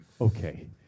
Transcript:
Okay